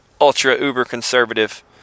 ultra-uber-conservative